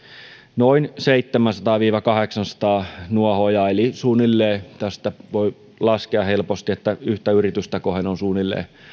noin seitsemänsataa viiva kahdeksansataa nuohoojaa eli tästä voi laskea helposti että yhtä yritystä kohden on suunnilleen